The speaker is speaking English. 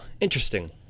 interesting